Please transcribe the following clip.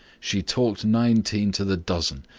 she talked nineteen to the dozen,